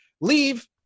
leave